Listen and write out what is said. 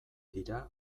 dira